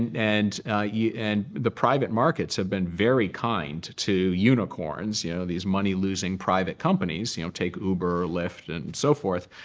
and yeah and the private markets have been very kind to unicorns, you know these money-losing private companies you know take uber, lyft, and so forth.